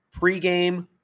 pregame